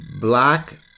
black